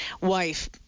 wife